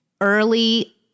early